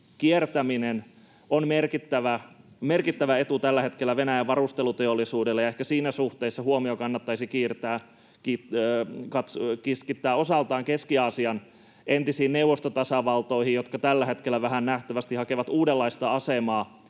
kiertäminen on merkittävä etu Venäjän varusteluteollisuudelle. Ehkä siinä suhteessa huomio kannattaisi keskittää osaltaan Keski-Aasian entisiin neuvostotasavaltoihin — jotka tällä hetkellä nähtävästi hakevat vähän uudenlaista asemaa